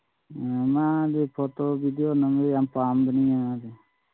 ꯃꯥꯗꯤ photo video ꯅꯝꯕ ꯌꯥꯝ ꯄꯥꯝꯕꯅꯤꯅꯦ